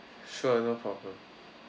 sure no problem